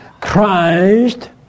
Christ